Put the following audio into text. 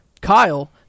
Kyle